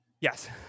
Yes